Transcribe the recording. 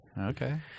Okay